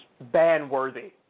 ban-worthy